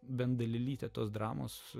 bent dalelytę tos dramos